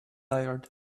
tired